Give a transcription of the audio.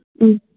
ꯎꯝ